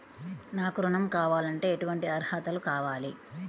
నాకు ఋణం కావాలంటే ఏటువంటి అర్హతలు కావాలి?